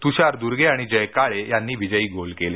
तुषार दुर्गे आणि जय काळे यांनी विजयी गोल केले